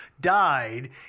died